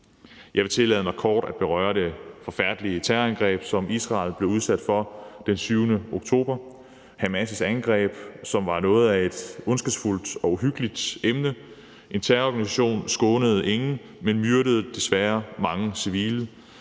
Jeg vil tillade mig kort at berøre det forfærdelige terrorangreb, som Israel blev udsat for den 7. oktober, altså Hamas' angreb, som var noget af et ondskabsfuldt og uhyggeligt emne. En terrororganisation skånede ingen, men myrdede desværre mange civile